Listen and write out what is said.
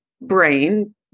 brain